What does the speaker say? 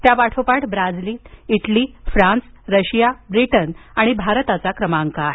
त्यापाठोपाठ Brazil Italy France Russia Britain आणिभारताचा क्रमांक आहे